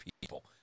people